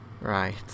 Right